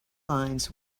lines